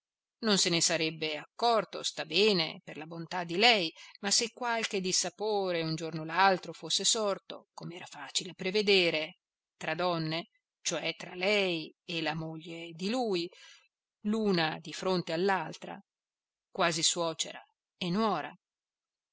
non se ne sarebbe accorto sta bene per la bontà di lei ma se qualche dissapore un giorno o l'altro fosse sorto com'era facile prevedere tra donne cioè tra lei e la moglie di lui l'una di fronte all'altra quasi suocera e nuora